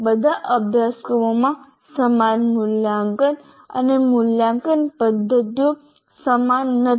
બધા અભ્યાસક્રમોમાં સમાન મૂલ્યાંકન અને મૂલ્યાંકન પદ્ધતિઓ સમાન નથી પરંતુ સમાન છે